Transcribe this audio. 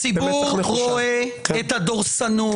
הציבור רואה את הדורסנות,